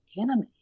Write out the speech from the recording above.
anime